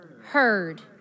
heard